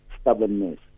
stubbornness